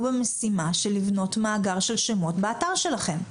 במשימה של לבנות מאגר של שמות באתר שלכם?